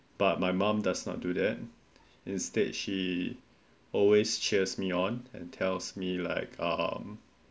but my mother does not do that instead she always cheers me on and tells me um